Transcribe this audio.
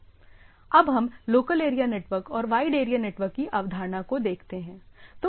अब हम local area network और वाइड एरिया नेटवर्क की अवधारणा को देखते है